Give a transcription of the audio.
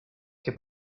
que